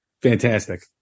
Fantastic